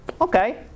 okay